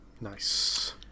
Nice